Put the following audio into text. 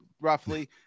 roughly